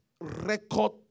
record